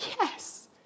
Yes